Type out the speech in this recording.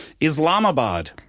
Islamabad